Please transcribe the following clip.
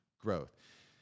growth